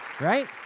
Right